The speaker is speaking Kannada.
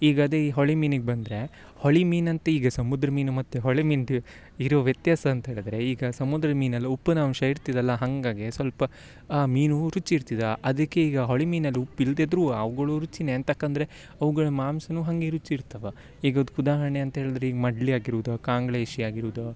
ಈಗ ಅದೇ ಈ ಹೊಳಿ ಮೀನಿಗೆ ಬಂದರೆ ಹೊಳಿ ಮೀನಂತ ಈಗ ಸಮುದ್ರ ಮೀನು ಮತ್ತು ಹೊಳೆ ಮೀನ್ದು ಇರೋ ವ್ಯತ್ಯಾಸ ಅಂತ್ಹೇಳಿದ್ರೆ ಈಗ ಸಮುದ್ರದ್ದು ಮೀನೆಲ್ಲ ಉಪ್ಪನಾಂಶ ಇರ್ತಿದಲ್ಲ ಹಾಗಾಗೆ ಸ್ವಲ್ಪ ಆ ಮೀನು ರುಚಿ ಇರ್ತಿದ ಅದಕ್ಕೆ ಈಗ ಹೊಳಿ ಮೀನಲ್ಲಿ ಉಪ್ಪು ಇಲ್ದಿದ್ರುವ ಅವ್ಗಳು ರುಚಿನೇ ಎಂತಕ್ಕಂದರೆ ಅವ್ಗಳ ಮಾಂಸನು ಹಾಗೆ ರುಚಿ ಇರ್ತವ ಈಗ ಅದ್ಕ ಉದಾಹರಣೆ ಅಂತೇಳ್ದ್ರೆ ಈಗ ಮಡ್ಲಿ ಆಗಿರೂದು ಕಾಂಗ್ಳೇಶಿ ಆಗಿರೂದು